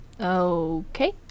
okay